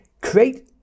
create